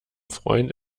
freund